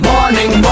Morning